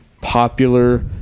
popular